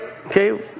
Okay